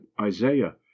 Isaiah